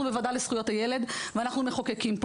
אנחנו בוועדה לזכויות הילד ואנחנו מחוקקים פה